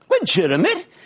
Legitimate